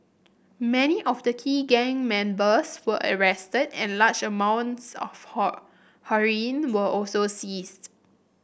many of the key gun members were arrested and large amounts of heroin were also seized